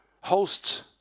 hosts